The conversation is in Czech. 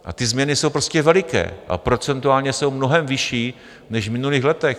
A ty změny jsou prostě veliké a procentuálně jsou mnohem vyšší než v minulých letech.